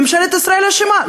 ממשלת ישראל אשמה?